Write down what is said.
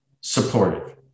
supportive